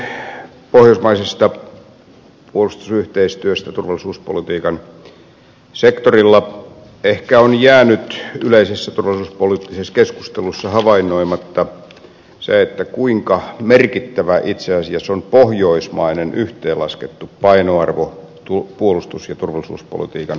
pohjoismaisesta puolustusyhteistyöstä turvallisuuspolitiikan sektorilla ehkä on jäänyt yleisessä turvallisuuspoliittisessa keskustelussa havainnoimatta se kuinka merkittävä itse asiassa on pohjoismainen yhteenlaskettu painoarvo puolustus ja turvallisuuspolitiikan kentässä